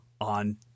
on